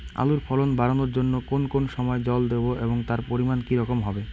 আলুর ফলন বাড়ানোর জন্য কোন কোন সময় জল দেব এবং তার পরিমান কি রকম হবে?